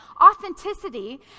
authenticity